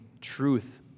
truth